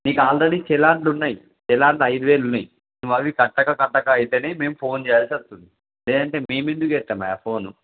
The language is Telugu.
నీకు ఆల్రెడీ చలాన్లు ఉన్నాయి చలాన్లు ఐదు వేలు ఉన్నాయ్ మళ్ళీ కట్టక కట్టక ఆవుతేనే మేము ఫోన్ చేయాల్సి వస్తుంది లేదంటే మేమెందుకు చేస్తాము ఆ ఫోను